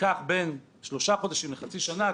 ייקח בין שלושה חודשים לחצי שנה,